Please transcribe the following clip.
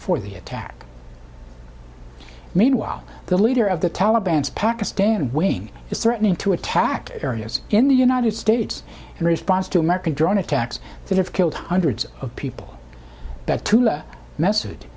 for the attack meanwhile the leader of the taliban's pakistan wing is threatening to attack areas in the united states in response to american drone attacks that have killed hundreds of people that t